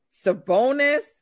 Sabonis